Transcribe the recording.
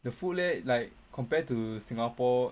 the food leh like compared to singapore